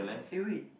eh wait